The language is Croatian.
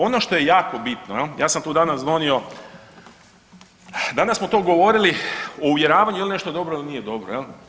Ono što je jako bitno jel, ja sam tu danas donio, danas smo to govorili o uvjeravanju jel nešto dobro ili nije dobro jel.